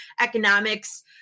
economics